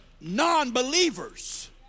non-believers